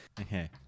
Okay